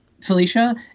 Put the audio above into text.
Felicia